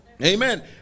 Amen